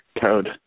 code